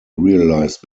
realized